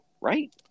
right